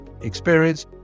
experience